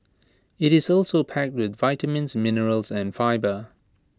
IT is also packed with vitamins minerals and fibre